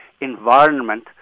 environment